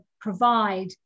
provide